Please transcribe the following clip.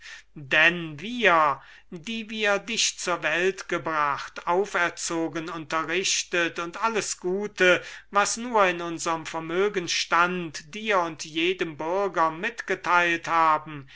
denn wir die wir dich zur welt gebracht auferzogen unterrichtet und alles gute was nur in unserm vermögen stand dir und jedem bürger mitgeteilt haben